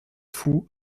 fou